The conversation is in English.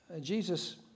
Jesus